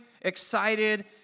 excited